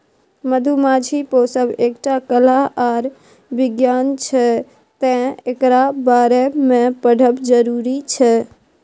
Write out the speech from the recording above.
मधुमाछी पोसब एकटा कला आर बिज्ञान छै तैं एकरा बारे मे पढ़ब जरुरी छै